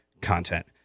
Content